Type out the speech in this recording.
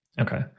Okay